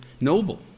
noble